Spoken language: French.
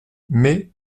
mais